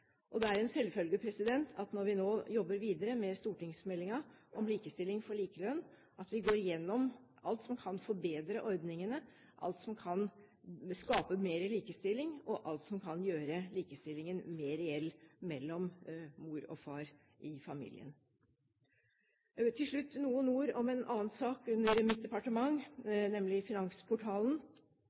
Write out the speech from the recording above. uttaksmuligheter. Det er en selvfølge når vi nå jobber videre med stortingsmeldingen om likestilling for likelønn, at vi går igjennom alt som kan forbedre ordningene, alt som kan skape mer likestilling, og alt som kan gjøre likestillingen mer reell mellom mor og far i familien. Til slutt noen ord om en annen sak under mitt departement, nemlig Finansportalen.